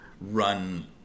run